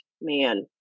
man